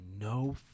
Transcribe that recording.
no